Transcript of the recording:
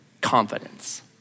confidence